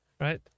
right